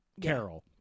Carol